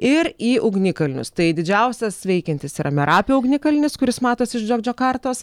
ir į ugnikalnius tai didžiausias veikiantis yra merapio ugnikalnis kuris matosi iš džok džokartos